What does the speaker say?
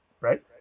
right